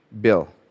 bill